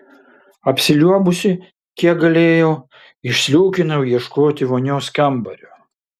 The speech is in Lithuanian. apsiliuobusi kiek galėjau išsliūkinau ieškoti vonios kambario